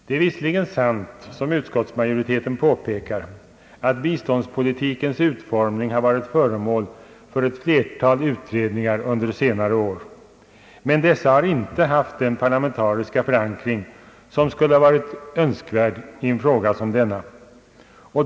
Det är visserligen sant, som utskottsmajoriteten påpekar, att biståndspolitikens utformning har varit föremål för ett flertal utredningar under senare år, men dessa har inte haft den parlamentariska förankring som skulle ha varit önskvärd i en fråga som denna.